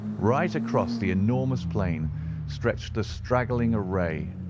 right across the enormous plain stretched the straggling array,